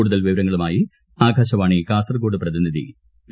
കൂടുതൽ വിവരങ്ങളുമായി ആകാശവാണി കാസർകോട് പ്രതിനിധി പി